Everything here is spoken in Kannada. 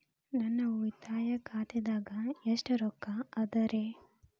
ನನ್ನ ಉಳಿತಾಯ ಖಾತಾದಾಗ ಎಷ್ಟ ರೊಕ್ಕ ಅದ ರೇ?